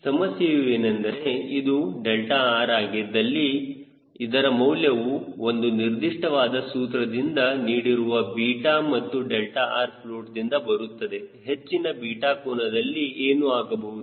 ಸಮಸ್ಯೆಯು ಏನೆಂದರೆ ಇದು 𝛿r ಆಗಿದ್ದಲ್ಲಿ ಇದರ ಮೌಲ್ಯವು ಒಂದು ನಿರ್ದಿಷ್ಟವಾದ ಸೂತ್ರದಿಂದ ನೀಡಿರುವ 𝛽 ಮತ್ತು 𝛿rfloatದಿಂದ ಬರುತ್ತದೆ ಹೆಚ್ಚಿನ 𝛽 ಕೋನದಲ್ಲಿ ಏನು ಆಗಬಹುದು